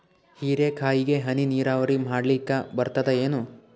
ಹೀರೆಕಾಯಿಗೆ ಹನಿ ನೀರಾವರಿ ಮಾಡ್ಲಿಕ್ ಬರ್ತದ ಏನು?